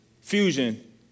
Fusion